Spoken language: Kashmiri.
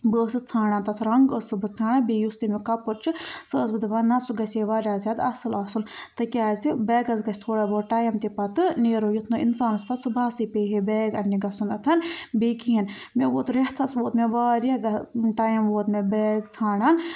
بہٕ ٲسٕس ژھانٛڈان تَتھ رنٛگ ٲسٕس بہٕ ژھانڈان بیٚیہِ یُس تَمیُک کَپُر چھُ سُہ ٲسٕس بہٕ دَپان نہَ سُہ گژھِ ہے واریاہ زیادٕ اَصٕل آسُن تِکیٛازِ بیگَس گژھِ تھوڑا بہت ٹایم تہِ پَتہٕ نیرُن یُتھ نہٕ اِنسانَس پَتہٕ صُبحسٕے پیٚیہِ ہے بیگ اَننہِ گژھنُتھ بیٚیہِ کِہیٖنٛۍ مےٚ ووت رٮ۪تھَس ووت مےٚ واریاہ گ ٹایم ووت مےٚ بیگ ژھانٛڈان